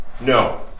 No